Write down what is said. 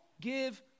give